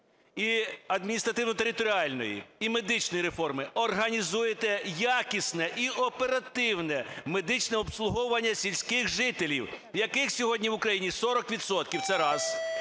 і адміністративно-територіальної, і медичної реформи організуєте якісне і оперативне медичне обслуговування сільських жителів, яких сьогодні в Україні 40